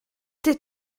tais